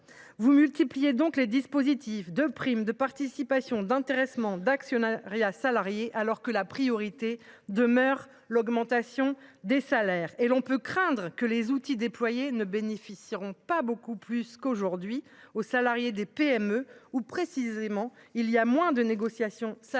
vous multipliez les dispositifs de primes, de participation, d’intéressement ou encore d’actionnariat salarié, alors que la priorité demeure l’augmentation des salaires. En outre, on peut craindre que les outils déployés ne bénéficient pas beaucoup plus qu’aujourd’hui aux salariés des PME, où, précisément, il y a moins de négociations salariales